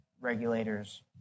regulators